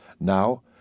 now